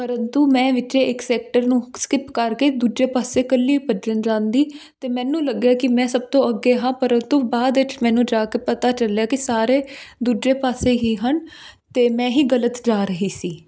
ਪਰੰਤੂ ਮੈਂ ਵਿੱਚੋਂ ਇੱਕ ਸੈਕਟਰ ਨੂੰ ਸਕਿਪ ਕਰਕੇ ਦੂਜੇ ਪਾਸੇ ਇਕੱਲੀ ਭੱਜਣ ਜਾਂਦੀ ਤਾਂ ਮੈਨੂੰ ਲੱਗਿਆ ਕਿ ਮੈਂ ਸਭ ਤੋਂ ਅੱਗੇ ਹਾਂ ਪਰੰਤੂ ਬਾਅਦ ਵਿੱਚ ਮੈਨੂੰ ਜਾ ਕੇ ਪਤਾ ਚੱਲਿਆ ਕਿ ਸਾਰੇ ਦੂਜੇ ਪਾਸੇ ਹੀ ਹਨ ਅਤੇ ਮੈਂ ਹੀ ਗਲਤ ਜਾ ਰਹੀ ਸੀ